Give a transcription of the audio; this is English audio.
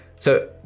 so,